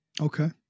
Okay